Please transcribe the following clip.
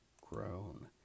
grown